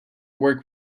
work